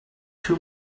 two